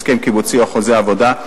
הסכם קיבוצי או חוזה עבודה,